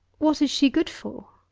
what is she good for?